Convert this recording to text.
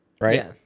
right